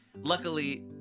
Luckily